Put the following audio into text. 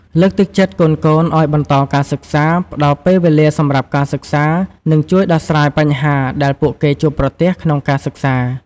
លើកទឹកចិត្តកូនៗឱ្យបន្តការសិក្សា ផ្តល់ពេលវេលាសម្រាប់ការសិក្សា និងជួយដោះស្រាយបញ្ហាដែលពួកគេជួបប្រទះក្នុងការសិក្សា។